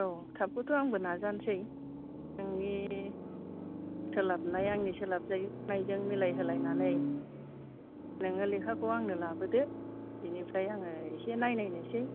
औ थाबखौथ' आंबो नाजानसै नोंनि सोलाबनाय आंनि सोलाबनायजों मिलायहोलायनानै नोङो लेखाखौ आंनो लाबोदो बेनिफ्राय आङो एसे नायनायसै